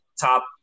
top